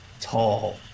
tall